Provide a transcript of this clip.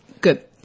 Good